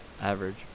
Average